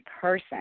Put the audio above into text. person